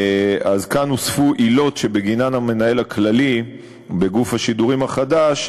הוספו כאן עילות שבגינן המנהל הכללי בגוף השידורים החדש,